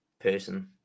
person